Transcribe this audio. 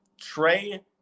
Trey